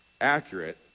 accurate